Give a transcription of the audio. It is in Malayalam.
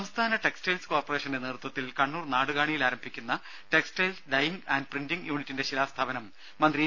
ടെട സംസ്ഥാന ടെക്സ്റ്റൈൽ കോർപ്പറേഷന്റെ നേതൃത്വത്തിൽ കണ്ണൂർ നാടുകാണിയിൽ ആരംഭിക്കുന്ന ടെക്സ്റ്റയിൽ ഡൈയിംഗ് ആന്റ് പ്രിന്റിംഗ് യൂണിറ്റിന്റെ ശിലാസ്ഥാപനം മന്ത്രി ഇ